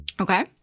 Okay